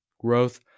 Growth